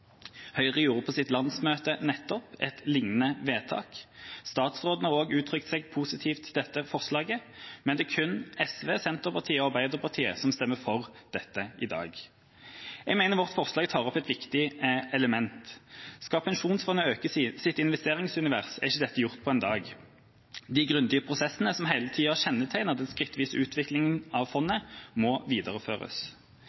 Høyre gjorde på sitt landsmøte nettopp et liknende vedtak. Statsråden har òg uttrykt seg positivt til dette forslaget. Men det er kun SV, Senterpartiet og Arbeiderpartiet som stemmer for dette i dag. Jeg mener vårt forslag tar opp et viktig element. Skal pensjonsfondet øke sitt investeringsunivers, er ikke dette gjort på en dag. De grundige prosessene som hele tida har kjennetegnet den skrittvise utviklinga av fondet, må videreføres. Vi foreslår at